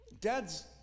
dad's